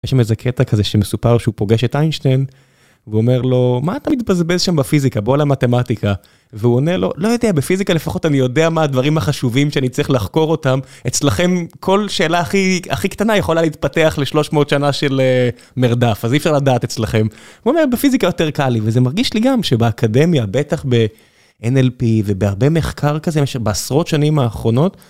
יש שם איזה קטע כזה שמסופר שהוא פוגש את איינשטיין ואומר לו מה אתה מתבזבז שם בפיזיקה בוא למתמטיקה והוא עונה לו לא יודע בפיזיקה לפחות אני יודע מה הדברים החשובים שאני צריך לחקור אותם, אצלכם כל שאלה הכי הכי קטנה יכולה להתפתח ל 300 שנה של מרדף אז אי אפשר לדעת אצלכם, הוא אומר בפיזיקה יותר קל לי וזה מרגיש לי גם שבאקדמיה בטח בNLP ובהרבה מחקר כזה שבעשרות שנים האחרונות.